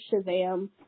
Shazam